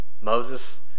Moses